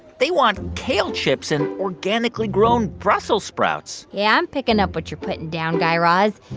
they want kale chips and organically grown brussels sprouts yeah, i'm picking up what you're putting down, guy raz.